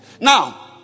Now